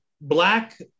Black